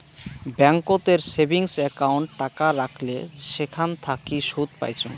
ব্যাংকোতের savings account টাকা রাখলে সেখান থাকি সুদ পাইচুঙ